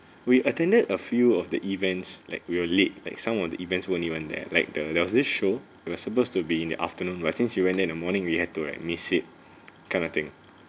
we attended a few of the events like we're late like some of the events we weren't even there like the was this show we were supposed to be in the afternoon right since you went in in the morning we had to like miss it kind of thing